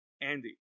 Andy